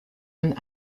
and